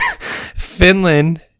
Finland